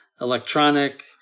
electronic